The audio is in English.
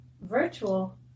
virtual